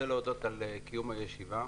על קיום הישיבה.